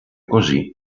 così